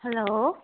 hello